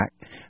back